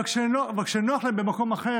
אבל כשנוח להם במקום אחר,